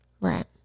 Right